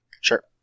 Sure